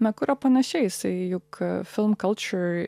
na kuria panašiai jisai juk film culture